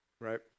right